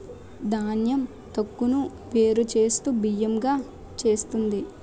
ధాన్యం తొక్కును వేరు చేస్తూ బియ్యం గా చేస్తుంది